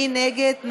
מי נגד?